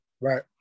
Right